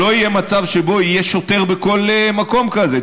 לא יהיה מצב שבו יהיה שוטר בכל מקום כזה.